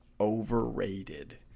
overrated